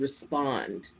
respond